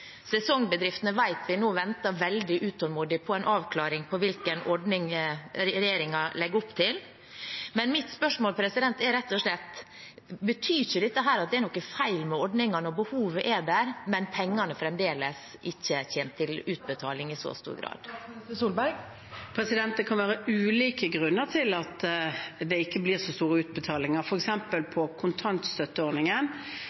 Sesongbedriftene vet vi nå venter veldig utålmodig på en avklaring av hvilken ordning regjeringen legger opp til, men mitt spørsmål er rett og slett: Betyr ikke dette at det er noe feil med ordningen når behovet er der, men pengene i så stor grad fremdeles ikke kommer til utbetaling? Det kan være ulike grunner til at det ikke blir så store utbetalinger.